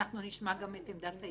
נשמע גם את עמדת ההסתדרות?